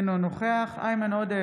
אינו נוכח איימן עודה,